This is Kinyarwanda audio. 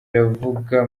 barabivuga